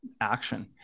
action